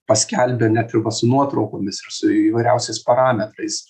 paskelbė net ir va su nuotraukomis ir su įvairiausiais parametrais